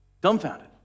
dumbfounded